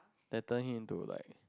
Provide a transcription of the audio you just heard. they turn in into like